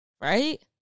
right